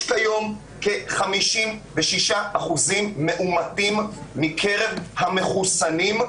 יש היום כ-56% מאומתים מקרב המחוסנים,